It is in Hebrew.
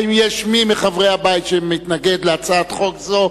האם מי מחברי הבית מתנגד להצעת חוק זו?